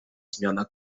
zmiana